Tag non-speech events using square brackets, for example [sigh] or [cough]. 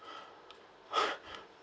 [laughs]